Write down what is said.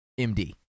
MD